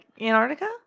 Antarctica